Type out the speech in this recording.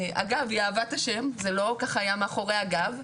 אגב, היא אהבה את השם, זה לא ככה היה מאחורי הגב.